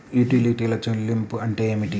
యుటిలిటీల చెల్లింపు అంటే ఏమిటి?